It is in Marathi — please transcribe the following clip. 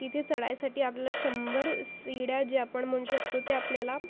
तिथे चढायसाठी आपल्या शंभर शिड्या जे आपण म्हणू शकतो ते आपल्याला